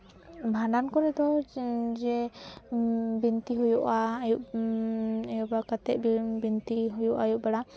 ᱵᱷᱟᱸᱰᱟᱱ ᱠᱚᱨᱮ ᱫᱚ ᱡᱮ ᱵᱤᱱᱛᱤ ᱦᱩᱭᱩᱜᱼᱟ ᱟᱭᱩᱵ ᱮᱨᱯᱚᱨ ᱠᱟᱛᱮ ᱫᱚ ᱵᱤᱱᱛᱤ ᱦᱩᱭᱩᱜᱼᱟ ᱟᱭᱩᱵ ᱵᱮᱲᱟ